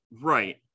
Right